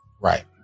right